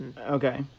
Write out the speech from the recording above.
Okay